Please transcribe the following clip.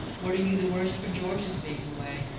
what are you the worse for george's being away?